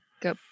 Go